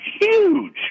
huge